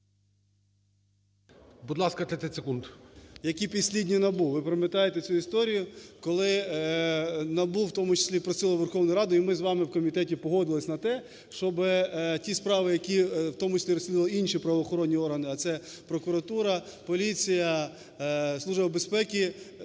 які підслідні НАБУ. Ви пам'ятаєте цю історію, коли НАБУ, в тому числі, просило Верховну Раду, і ми з вами в комітеті погодились на те, щоб ті справи, які, в тому числі розслідували інші правоохоронні органи, а це прокуратура, поліція, Служба безпеки,